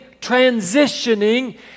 transitioning